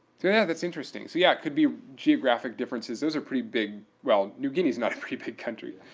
so yeah, that's interesting. so yeah, it could be geographic differences. those are pretty big well, new guinea is not a pretty big country.